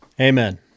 Amen